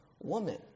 woman